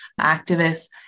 activists